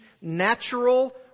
natural